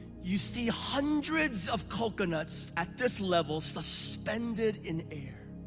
you see hundreds of coconuts at this level, suspended in air.